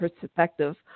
perspective